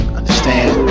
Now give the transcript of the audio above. understand